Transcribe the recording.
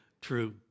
True